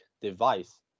device